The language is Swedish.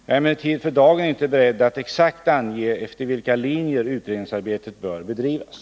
Jag är emellertid för dagen inte beredd att exakt ange efter vilka linjer utredningsarbetet bör bedrivas.